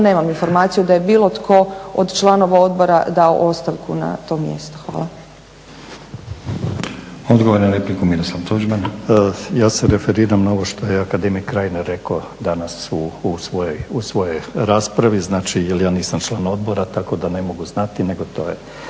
nemam informaciju da je bilo tko od članova odbora dao ostavku na to mjesto. Hvala. **Stazić, Nenad (SDP)** Odgovor na repliku Miroslav Tuđman. **Tuđman, Miroslav (HDZ)** Ja se referiram na ovo što je akademik Reiner rekao danas u svojoj raspravi, znači jel ja nisam član odbora tako da ne mogu znati, nego to je.